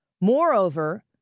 Moreover